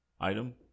item